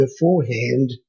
beforehand